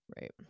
Right